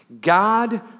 God